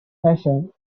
fashion